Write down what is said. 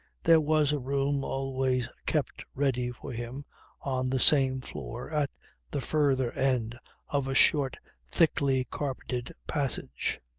there was a room always kept ready for him on the same floor, at the further end of a short thickly carpeted passage.